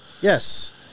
yes